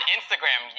Instagram